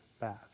bath